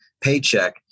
paycheck